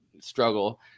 struggle –